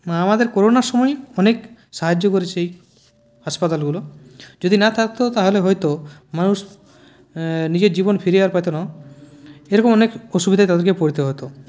আমাদের করোনার সময় অনেক সাহায্য করেছে হাসপাতালগুলো যদি না থাকত তাহলে হয়ত মানুষ নিজের জীবন ফিরে আর পেত না এরকম অনেক অসুবিধায় তাদেরকে পড়তে হত